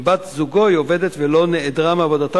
אם בת-זוגו היא עובדת ולא נעדרה מעבודתה